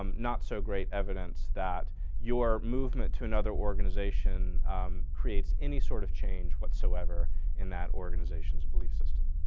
um not so great evidence that your movement to another organization creates any sort of change whatsoever in that organization's belief system.